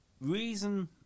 reason